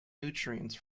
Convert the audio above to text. nutrients